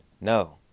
No